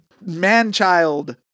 man-child